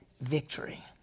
victory